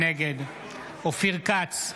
נגד אופיר כץ,